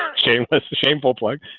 shameless the shameful plug,